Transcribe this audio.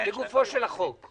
לגופו של החוק.